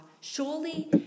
Surely